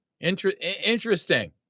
Interesting